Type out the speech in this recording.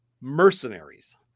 Mercenaries